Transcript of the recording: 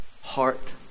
heart